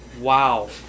Wow